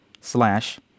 slash